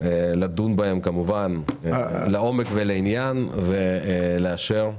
לדון בהן לעומק ולעניין ולאשר.